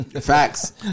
Facts